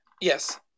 Yes